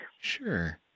Sure